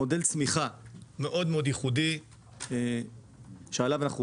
מודל צמיחה מאוד ייחודי שעליו אנחנו עובדים,